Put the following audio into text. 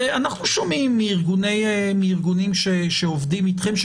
ואנחנו שומעים מארגונים שעובדים איתכם,